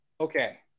Okay